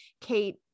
Kate